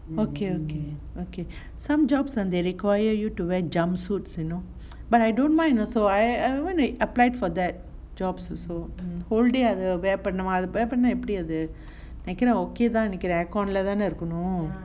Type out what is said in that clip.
okay okay okay some jobs ah they require you to wear jumpsuits you know but I don't mind also I I when I apply for that jobs also whole day அது பண்ணனுமா:pannanuma wear எப்டி அது:epdi athu okay தான்னு நெனைக்றேன்:thaanu nenaikren aircon இருக்கணும்:irukkanum